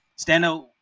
Standout